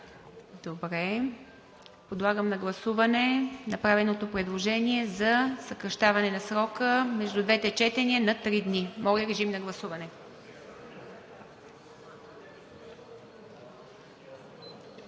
Добре. Подлагам на гласуване направеното предложение за съкращаване на срока между двете четения на три дни. Гласували